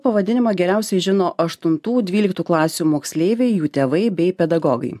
pavadinimą geriausiai žino aštuntų dvyliktų klasių moksleiviai jų tėvai bei pedagogai